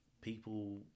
people